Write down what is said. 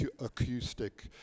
acoustic